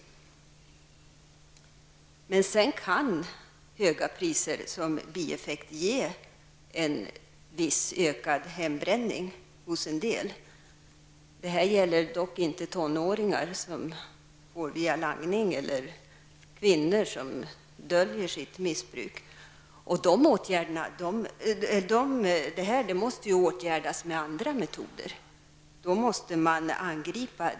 Höga priser kan som bieffekt ge en viss ökad hembränning hos en del. Det gäller dock inte tonåringar som får alkohol via langning, eller kvinnor som döljer sitt missbruk. Hembränning måste åtgärdas med andra metoder än sänkta priser.